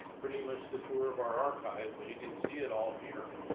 pretty much the tour of our archives, but you can see it all here.